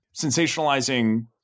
sensationalizing